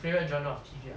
favourite genre of T_V ah